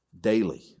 daily